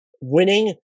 winning